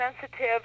sensitive